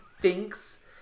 thinks